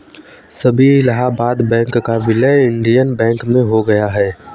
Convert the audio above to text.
अभी इलाहाबाद बैंक का विलय इंडियन बैंक में हो गया है